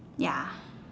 ya